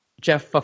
Jeff